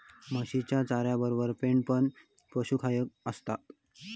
म्हशीच्या चाऱ्यातबरोबर पेंड पण पशुखाद्य असता